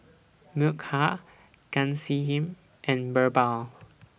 Milkha Ghanshyam and Birbal